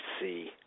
see